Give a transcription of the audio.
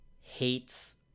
hates